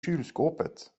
kylskåpet